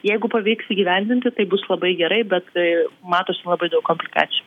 jeigu pavyks įgyvendinti tai bus labai gerai bet matosi labai daug komplikacijų